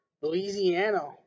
Louisiana